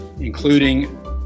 including